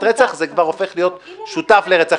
רצח הוא כבר הופך להיות שותף לרצח.